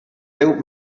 déu